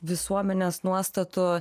visuomenės nuostatų